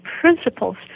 principles